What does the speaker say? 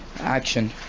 action